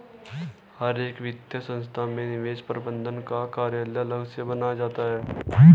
हर एक वित्तीय संस्था में निवेश प्रबन्धन का कार्यालय अलग से बनाया जाता है